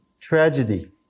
tragedy